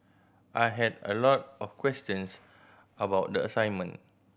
I had a lot of questions about the assignment